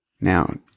Now